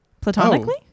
platonically